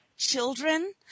Children